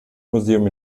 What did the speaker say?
museum